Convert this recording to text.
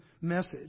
message